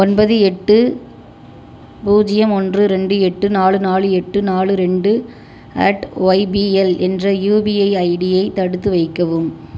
ஒன்பது எட்டு பூஜ்ஜியம் ஒன்று ரெண்டு எட்டு நாலு நாலு எட்டு நாலு ரெண்டு அட் ஒய்பிஎல் என்ற யூபிஐ ஐடியை தடுத்து வைக்கவும்